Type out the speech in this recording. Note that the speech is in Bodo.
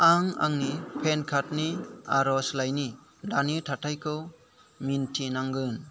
आं आंनि पेन कार्डनि आर'जलाइनि दानि थाथायखौ मिन्थिनांगोन